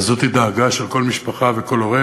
וזוהי דאגה של כל משפחה וכל הורה